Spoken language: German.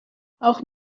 auch